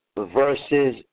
Versus